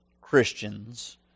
Christians